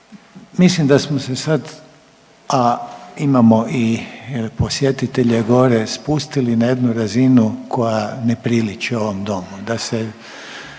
Mislim da smo se sad, a imamo i posjetitelje gore, spustili na jednu razinu koja ne priliči ovom Domu,